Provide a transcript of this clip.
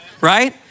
right